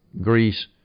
Greece